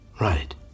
Right